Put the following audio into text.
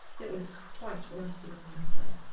it was quite rusty on the inside.